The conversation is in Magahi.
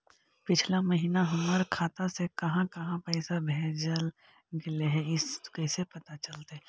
पिछला महिना हमर खाता से काहां काहां पैसा भेजल गेले हे इ कैसे पता चलतै?